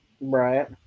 Right